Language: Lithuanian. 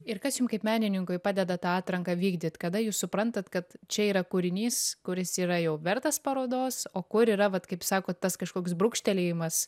ir kas jum kaip menininkui padeda tą atranką vykdyt kada jūs suprantat kad čia yra kūrinys kuris yra jau vertas parodos o kur yra vat kaip sakot tas kažkoks brūkštelėjimas